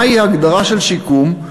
מהי ההגדרה של שיקום,